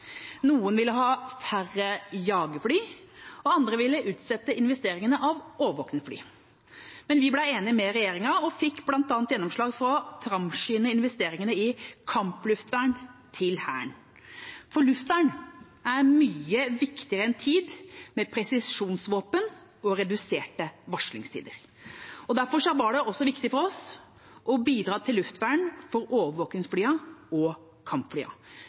Men vi ble enige med regjeringa og fikk bl.a. gjennomslag for å framskynde investeringene i kampluftvern til Hæren. Luftvern er mye viktigere i en tid med presisjonsvåpen og reduserte varslingstider. Derfor var det også viktig for oss å bidra til luftvern for overvåkningsflyene og